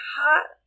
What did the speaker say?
hot